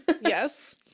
Yes